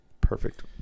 Perfect